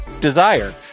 Desire